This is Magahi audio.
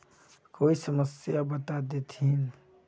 कोई समस्या बता देतहिन?